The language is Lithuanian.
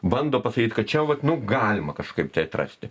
bando pasakyti kad čia vat nu galima kažkaip tai atrasti